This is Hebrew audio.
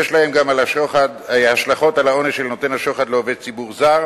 יש להן גם השלכות על העונש של נותן השוחד לעובד ציבור זר,